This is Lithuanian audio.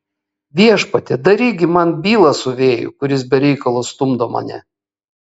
viešpatie daryk gi man bylą su vėju kuris be reikalo stumdo mane